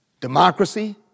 democracy